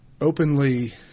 openly